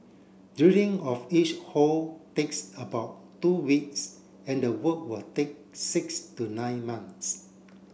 drilling of each hole takes about two weeks and the work will take six to nine months